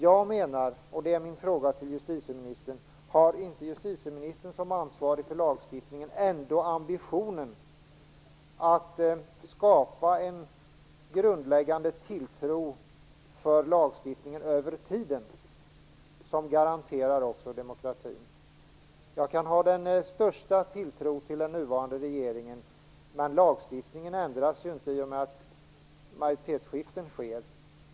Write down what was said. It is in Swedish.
Jag undrar om inte justitieministern som ansvarig för lagstiftningen har ambitionen att skapa en grundläggande tilltro till lagarna över tiden, en tilltro som garanterar demokratin. Jag kan ha den största tilltro till den nuvarande regeringen, men lagstiftningen ändras inte i och med att det sker majoritetsskiften.